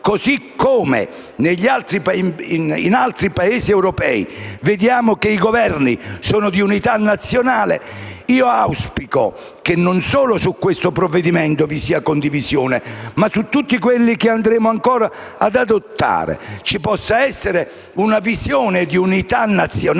momento in altri Paesi europei vediamo Governi di unità nazionale, auspico che non solo sul provvedimento in esame, ma su tutti quelli che andremo ancora ad adottare ci possa essere una visione di unità nazionale